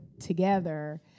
together